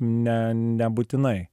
ne nebūtinai